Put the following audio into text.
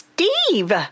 Steve